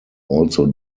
also